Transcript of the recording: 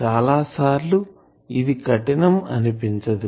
చాలా సార్లు ఇది కఠినం అనిపించదు